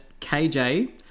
KJ